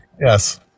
Yes